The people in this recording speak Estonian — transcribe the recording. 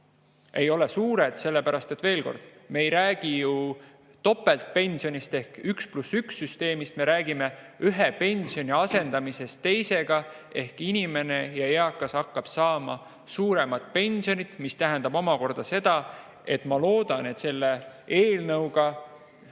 kulud suured, sellepärast et me ei räägi ju topeltpensionist ehk 1 + 1 süsteemist, me räägime ühe pensioni asendamisest teisega. Ehk inimene, eakas, hakkab saama suuremat pensionit. See tähendab omakorda seda, ma loodan, et suhtelises